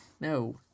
no